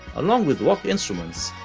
along with rock instruments,